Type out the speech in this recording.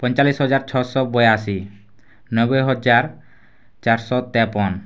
ପଇଁଚାଳିଶି ହଜାର ଛଅ ଶହ ବୟାଅଶୀ ନବେ ହଜାର ଚାରି ଶହ ତେପନ